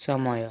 ସମୟ